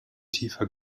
tiefer